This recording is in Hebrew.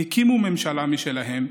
הקימו ממשלה משלהם,